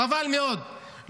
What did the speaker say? חבל מאוד.